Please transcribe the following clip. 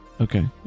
Okay